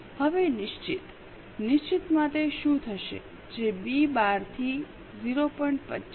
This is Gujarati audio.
હવે નિશ્ચિત નિશ્ચિત માટે શું થશે જે બી 12 થી 0